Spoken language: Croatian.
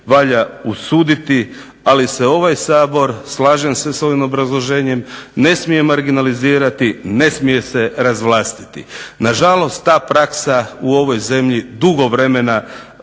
valja usuditi, ali se ovaj Sabor, slažem se s ovim obrazloženjem, ne smije marginalizirati, ne smije se razvlastiti. Nažalost, ta praksa u ovoj zemlji dugo vremena